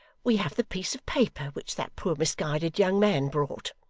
we have the piece of paper which that poor misguided young man brought